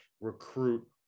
recruit